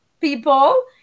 people